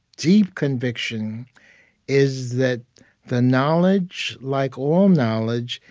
deep conviction is that the knowledge, like all knowledge,